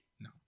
No